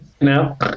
now